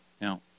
Now